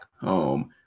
home